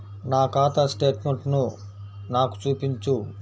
నా ఖాతా స్టేట్మెంట్ను నాకు చూపించు